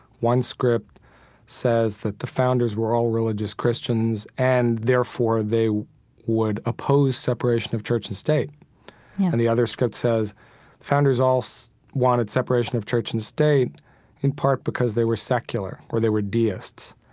one script says that the founders were all religious christians and therefore, they would oppose separation of church and state yeah and the other script says the founders all so wanted separation of church and state in part because they were secular, or they were deists.